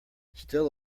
still